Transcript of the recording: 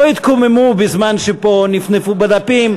לא התקוממו בזמן שפה נפנפו בדפים,